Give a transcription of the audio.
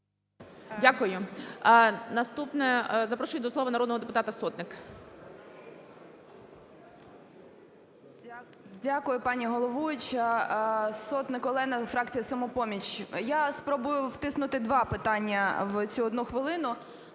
Дякую. Наступною запрошую до слова народного депутата Сотник. 11:26:32 СОТНИК О.С. Дякую, пані головуюча, Сотник Олена, фракція "Самопоміч". Я спробую втиснути два питання в цю одну хвилину.